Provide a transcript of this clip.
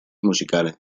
musicales